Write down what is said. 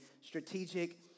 strategic